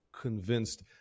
convinced